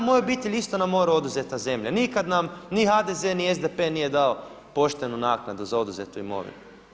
Mojoj je obitelji isto na moru oduzeta zemlja, nikada nam ni HDZ, ni SDP nije dao poštenu naknadu za oduzetu imovinu.